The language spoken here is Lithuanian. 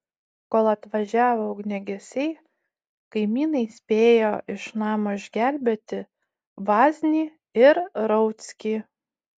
kol atvažiavo ugniagesiai kaimynai spėjo iš namo išgelbėti vaznį ir rauckį